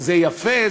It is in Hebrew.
זה יפה,